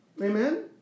Amen